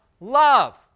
love